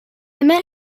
met